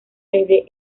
desde